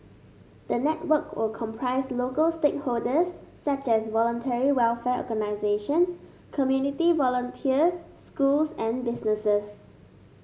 the network will comprise local stakeholders such as Voluntary Welfare Organisations community volunteers schools and businesses